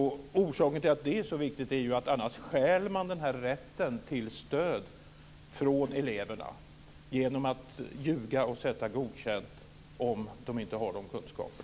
Genom att ljuga och sätta betyget Godkänd stjäl man ju rätten till stöd från de elever som inte har tillräckliga kunskaper.